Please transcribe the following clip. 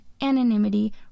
anonymity